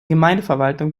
gemeindeverwaltung